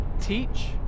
teach